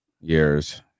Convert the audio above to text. years